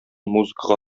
музыкага